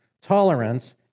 Tolerance